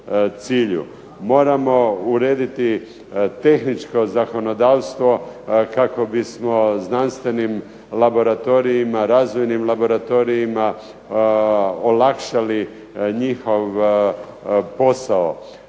Moramo urediti tehničko zakonodavstvo kako bismo znanstvenim laboratorijima, razvojnim laboratorijima olakšali njihov posao.